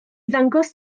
ddangos